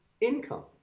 income